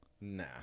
Nah